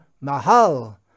mahal